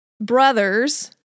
brothers